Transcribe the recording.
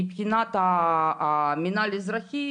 מבחינת המינהל האזרחי,